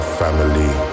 family